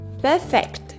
Perfect